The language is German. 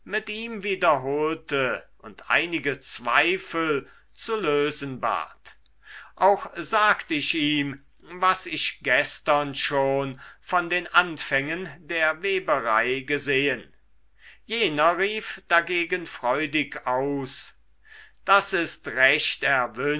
mit ihm wiederholte und einige zweifel zu lösen bat auch sagt ich ihm was ich gestern schon von den anfängen der weberei gesehen jener rief dagegen freudig aus das ist recht